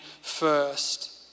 first